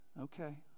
Okay